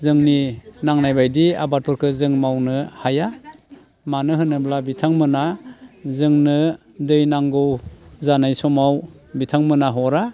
जोंनि नांनायबादि आबादफोरखौ जों मावनो हाया मानो होनोब्ला बिथांमोना जोंनो दै नांगौ जानाय समाव बिथांमोना हरा